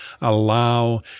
allow